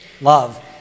Love